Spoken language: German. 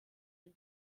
den